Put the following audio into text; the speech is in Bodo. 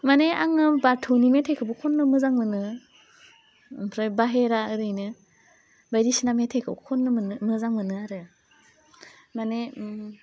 माने आङो बाथौनि मेथाइखौबो खन्नो मोजां मोनो ओमफ्राय बाहेरा ओरैनो बायदिसिना मेथाइखौ खन्नो मोननो खन्नो मोजां मोनो आरो माने उम